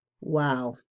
Wow